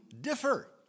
differ